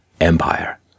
empire